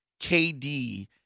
KD